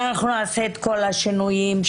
שנעשה את כל השינויים?